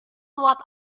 what